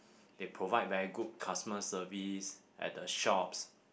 they provide very good customer service at the shops